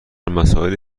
مسائل